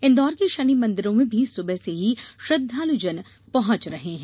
इन्दौर के शनि मंदिरों में भी सुबह से ही श्रद्वालुजन पहुॅच रहे है